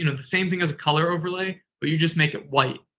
you know the same thing as a color overlay, but you just make it white.